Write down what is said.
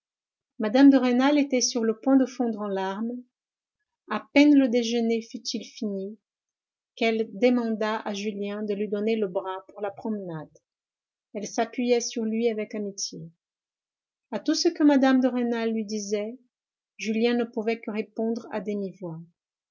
mme de rênal était sur le point de fondre en larmes a peine le déjeuner fut-il fini qu'elle demanda à julien de lui donner le bras pour la promenade elle s'appuyait sur lui avec amitié a tout ce que mme de rênal lui disait julien ne pouvait que répondre à